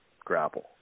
grapple